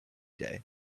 day